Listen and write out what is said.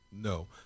No